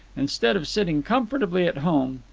instead of sitting comfortably at home,